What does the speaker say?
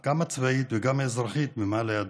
גם הצבאית וגם האזרחית, המשיכה במעלה הדרך.